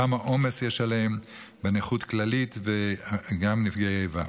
כמה עומס יש עליהן בנכות כללית וגם עם נפגעי איבה.